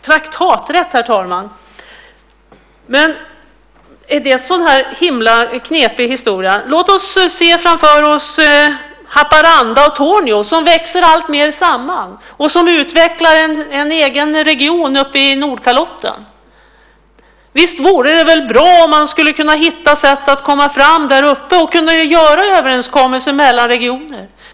Traktaträtt, herr talman, är det en så himla knepig historia? Låt oss tänka på Haparanda och Torneå, som alltmer växer samman och utvecklar en egen region uppe vid Nordkalotten. Visst vore det väl bra om de där uppe kunde hitta sätt att komma fram på och träffa överenskommelser mellan regionerna?